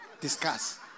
Discuss